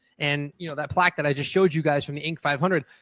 and you know that plaque that i just showed you guys from inc five hundred,